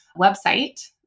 website